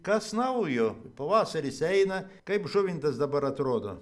kas naujo pavasaris eina kaip žuvintas dabar atrodo